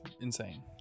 insane